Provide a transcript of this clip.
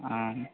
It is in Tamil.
ஆ